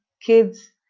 kids